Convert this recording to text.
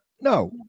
no